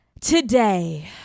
Today